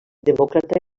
demòcrata